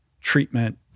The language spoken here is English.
treatment